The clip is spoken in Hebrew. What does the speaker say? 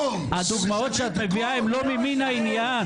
הדוגמאות שאת מביאה הן לא ממין העניין.